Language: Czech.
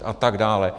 A tak dále.